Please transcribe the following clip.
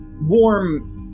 warm